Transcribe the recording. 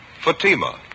Fatima